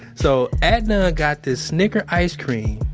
so adnan got this snicker ice cream.